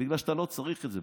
בגלל שאתה לא צריך את זה.